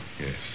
yes